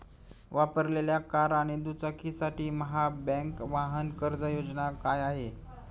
वापरलेल्या कार आणि दुचाकीसाठी महाबँक वाहन कर्ज योजना काय आहे?